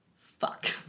fuck